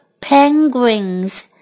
penguins